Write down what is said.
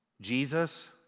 Jesus